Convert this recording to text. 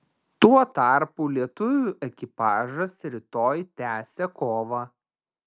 tuo tarpu lietuvių ekipažas rytoj tęsia kovą